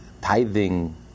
tithing